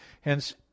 hence